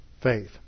faith